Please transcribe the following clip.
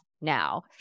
now